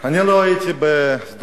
אני לא הייתי בשדרות-רוטשילד,